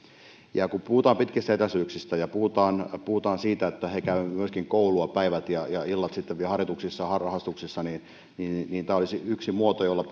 ja kun puhutaan pitkistä etäisyyksistä ja puhutaan puhutaan siitä että he myöskin käyvät koulua päivät ja ja sitten vielä illat harjoituksissa harrastuksissa niin niin tämä olisi yksi muoto jolla